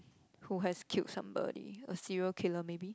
who has killed somebody a serial killer maybe